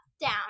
down